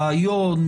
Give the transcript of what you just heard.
רעיון,